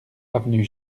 avenue